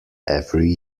every